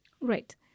Right